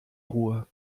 ruhe